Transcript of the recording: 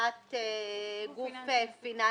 להגדרת גוף פיננסי.